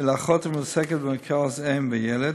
לאחות המועסקת במרכז אם וילד,